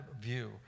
view